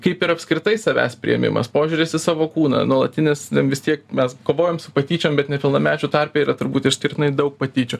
kaip ir apskritai savęs priėmimas požiūris į savo kūną nuolatinis ten vis tiek mes kovojam su patyčiom bet nepilnamečių tarpe yra turbūt išskirtinai daug patyčių